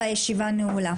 הישיבה נעולה.